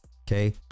Okay